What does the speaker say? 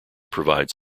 provides